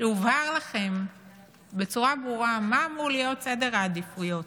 שהובהר לכם בצורה ברורה מה אמור להיות את סדר העדיפויות.